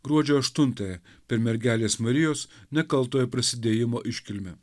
gruodžio aštuntąją per mergelės marijos nekaltojo prasidėjimo iškilmę